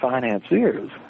financiers